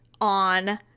on